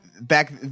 back